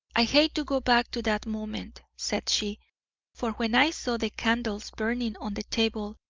i hate to go back to that moment, said she for when i saw the candles burning on the table,